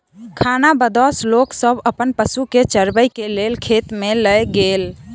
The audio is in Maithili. खानाबदोश लोक सब अपन पशु के चरबै के लेल खेत में लय गेल